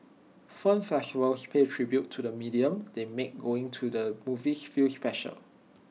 film festivals pay tribute to the medium they make going to the movies feel special